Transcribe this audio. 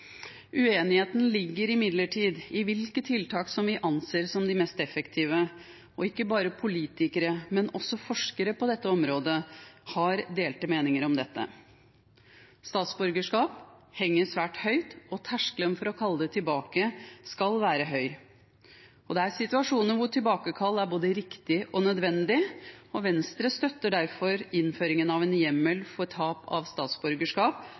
Uenigheten ligger imidlertid i hvilke tiltak vi anser som mest effektive, og ikke bare politikere, men også forskere på dette området har delte meninger om dette. Statsborgerskap henger svært høyt, og terskelen for å kalle det tilbake skal være høy. Det er situasjoner hvor tilbakekall er både riktig og nødvendig, og Venstre støtter derfor innføringen av en hjemmel for tap av statsborgerskap